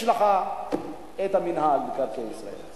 יש לך מינהל מקרקעי ישראל,